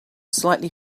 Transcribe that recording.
slightly